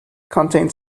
contained